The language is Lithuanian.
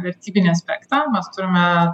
vertybinį aspektą mes turime